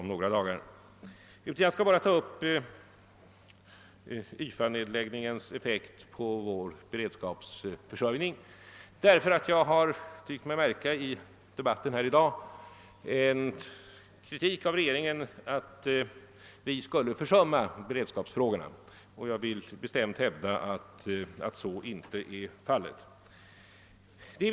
Jag skall däremot beröra YFA-nedläggningens effekt på vår beredskapsförsörjning, därför att jag i debatten i dag har tyckt mig märka en kritik av regeringen för att vi skulle försumma beredskapsfrågorna. Jag vill bestämt hävda att vi inte har gjort det.